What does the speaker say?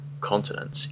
continents